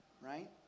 right